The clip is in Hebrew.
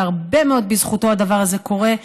שהרבה מאוד בזכותו הדבר הזה קורה,